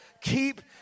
Keep